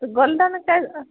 तऽ गोल्डन काल्हि एतऽ